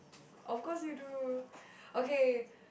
of course you do okay